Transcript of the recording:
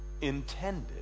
intended